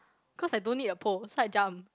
cause I don't need a pole so I jump